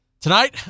Tonight